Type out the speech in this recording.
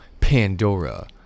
Pandora